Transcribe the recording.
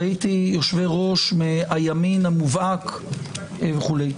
ראיתי יושבי ראש מהימין המובהק וכו'.